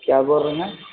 کیا بول رہے ہیں